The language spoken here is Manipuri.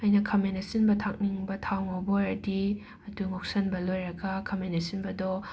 ꯑꯩꯅ ꯈꯥꯃꯦꯟ ꯑꯁꯤꯟꯕ ꯊꯥꯛꯅꯤꯡꯕ ꯊꯥꯎ ꯉꯧꯕ ꯑꯣꯏꯔꯗꯤ ꯑꯗꯨ ꯉꯧꯁꯟꯕ ꯂꯣꯏꯔꯒ ꯈꯥꯃꯦꯟ ꯑꯁꯤꯟꯕꯗꯣ